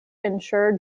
ensure